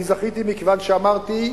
אני זכיתי מכיוון שאמרתי,